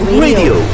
radio